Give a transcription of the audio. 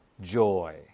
joy